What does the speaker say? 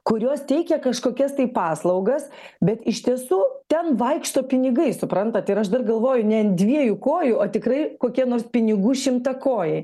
kurios teikia kažkokias tai paslaugas bet iš tiesų ten vaikšto pinigai suprantat ir aš dar galvoju ne ant dviejų kojų o tikrai kokie nors pinigų šimtakojai